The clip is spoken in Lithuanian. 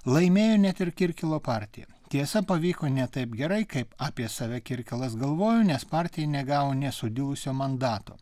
laimėjo net ir kirkilo partija tiesa pavyko ne taip gerai kaip apie save kirkilas galvojo nes partija negavo nė sudilusio mandato